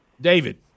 David